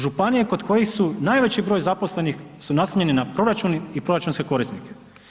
Županije kod kojih su najveći broj zaposlenih su naslonjene na proračun i proračunske korisnike.